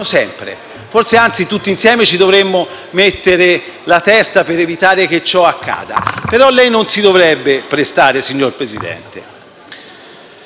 forse tutti insieme ci dovremo impegnare per evitare che ciò accada. Però lei non si dovrebbe prestare, signor Presidente.